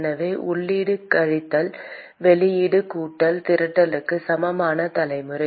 எனவே உள்ளீடு கழித்தல் வெளியீடு கூட்டல் திரட்டலுக்கு சமமான தலைமுறை